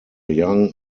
young